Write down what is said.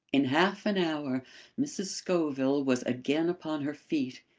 in half an hour mrs. scoville was again upon her feet,